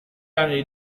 anni